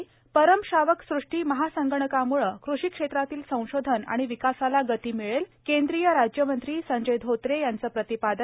परम शावक सुष्टी महासंगणकाम्ळ कृषी क्षेत्रातील संशोधन आणि विकासाला गती मिळेल केंद्रीय राज्यमंत्री संजय धोत्रे यांचं प्रतिपादन